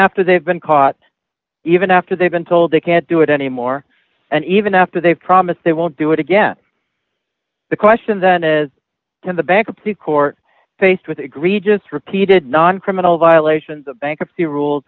after they've been caught even after they've been told they can't do it anymore and even after they've promised they won't do it again the question then is to the bankruptcy court faced with egregious repeated non criminal violations of bankruptcy rules